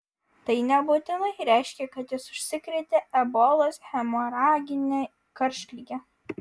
tai nebūtinai reiškia kad jis užsikrėtė ebolos hemoragine karštlige